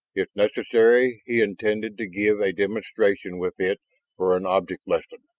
if necessary, he intended to give a demonstration with it for an object lesson.